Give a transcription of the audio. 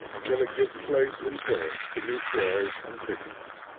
until it gives place in turn to new prayers and pictures.